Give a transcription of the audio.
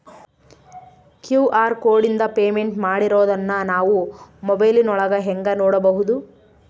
QR ಕೋಡಿಂದ payment ಮಾಡಿರೋದನ್ನ ನಾವು ಮೊಬೈಲಿನೊಳಗ ಹೆಂಗ ನೋಡಬಹುದು?